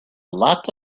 lot